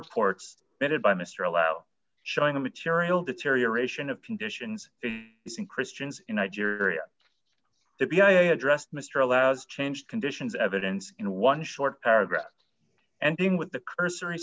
reports vetted by mr allow showing the material deterioration of conditions in christians in nigeria to be a addressed mr allows change conditions evidence in one short paragraph ending with the cursory